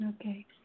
Okay